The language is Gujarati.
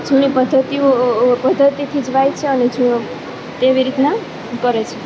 જૂની પદ્ધતિઓ પદ્ધતિથી જ વાય છે અને તેવી રીતના કરે છે